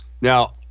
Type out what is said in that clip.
Now